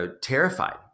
terrified